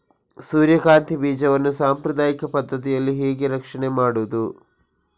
ಸೂರ್ಯಕಾಂತಿ ಬೀಜವನ್ನ ಸಾಂಪ್ರದಾಯಿಕ ಪದ್ಧತಿಯಲ್ಲಿ ಹೇಗೆ ರಕ್ಷಣೆ ಮಾಡುವುದು